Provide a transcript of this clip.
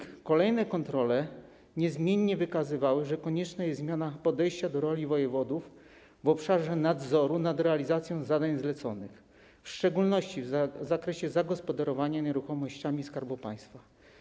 W ocenie NIK kolejne kontrole niezmiennie wykazywały, że konieczna jest zmiana podejścia do roli wojewodów w obszarze nadzoru nad realizacją zadań zleconych, w szczególności w zakresie zagospodarowania nieruchomościami Skarbu Państwa.